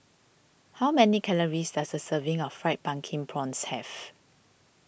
how many calories does a serving of Fried Pumpkin Prawns have